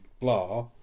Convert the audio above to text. blah